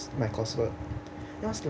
my coursework then I was like